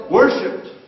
worshipped